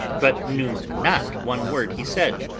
but knew not one word he said.